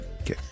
Okay